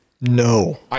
No